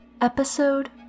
Episode